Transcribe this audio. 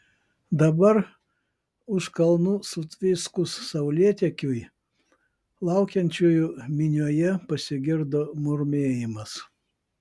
dabar už kalnų sutviskus saulėtekiui laukiančiųjų minioje pasigirdo murmėjimas